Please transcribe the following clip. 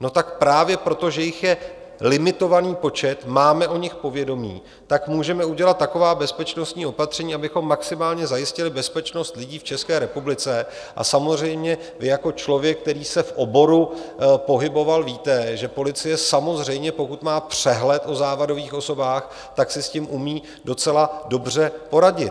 no tak právě proto, že jich je limitovaný počet, máme o nich povědomí, můžeme udělat taková bezpečnostní opatření, abychom maximálně zajistili bezpečnost lidí v České republice, a samozřejmě vy jako člověk, který se v oboru pohyboval, víte, že policie samozřejmě, pokud má přehled o závadových osobách, si s tím umí docela dobře poradit.